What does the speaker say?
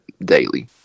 daily